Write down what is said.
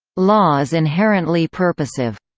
law is inherently purposive.